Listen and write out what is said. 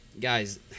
guys